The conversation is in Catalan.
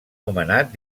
nomenat